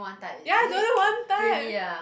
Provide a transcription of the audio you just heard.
ya is only one time